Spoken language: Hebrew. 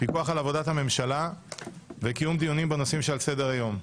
פיקוח על עבודת הממשלה וקיום דיונים בנושאים שעל סדר היום.